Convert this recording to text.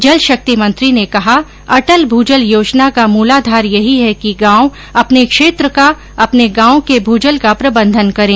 जल शक्ति मंत्री ने कहा अटल भूजल योजना का मूलाधार यही है कि गांव अपने क्षेत्र का अपने गांव के भूजल का प्रबंधन करें